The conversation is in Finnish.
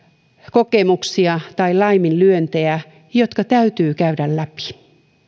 kokemuksia tai laiminlyöntejä jotka täytyy käydä läpi